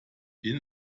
been